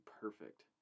perfect